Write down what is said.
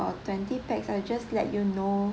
twenty pax I'll just let you know